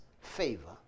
favor